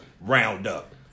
roundup